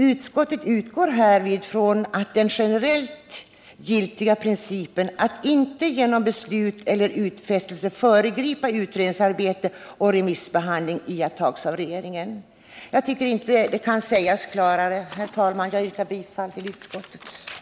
Utskottet utgår härvid från att den generellt giltiga principen att inte genom beslut eller utfästelser föregripa utredningsarbete och remissbehandling iakttas av regeringen.” Jag tycker inte det kan sägas klarare. Herr talman! Jag yrkar bifall till utskottets hemställan.